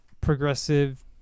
progressive